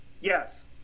Yes